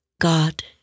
God